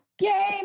yay